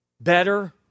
better